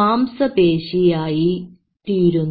മാംസപേശി ആയി തീരുന്നു